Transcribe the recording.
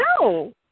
No